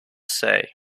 say